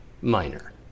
minor